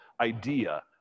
idea